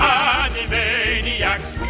animaniacs